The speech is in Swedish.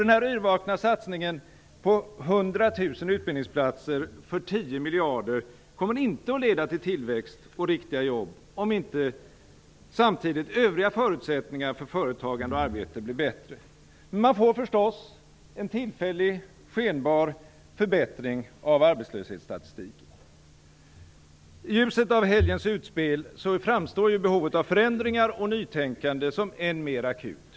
Den yrvakna satsningen på 100 000 utbildningsplatser för 10 miljarder kommer inte att leda till tillväxt och riktiga jobb om inte övriga förutsättningar för företagande och arbete samtidigt blir bättre. Men man får, förstås, en tillfällig skenbar förbättring av arbetslöshetsstatistiken. I ljuset av helgens utspel framstår behovet av förändringar och nytänkande som än mera akut.